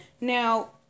Now